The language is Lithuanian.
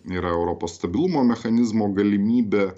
yra europos stabilumo mechanizmo galimybė